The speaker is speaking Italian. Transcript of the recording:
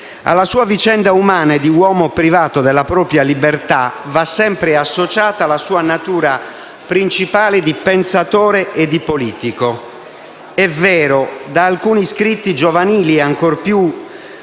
Alla sua vicenda umana di uomo privato della propria libertà va sempre associata la sua natura principale di pensatore e di politico. È vero, da alcuni scritti giovanili e, ancora più,